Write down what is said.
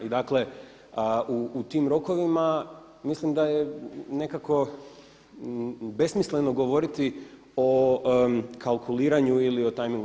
I dakle u tim rokovima mislim da je nekako besmisleno govoriti o kalkuliranju ili o tajmingu.